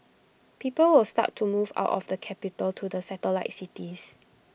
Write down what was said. people will start to move out of the capital to the satellite cities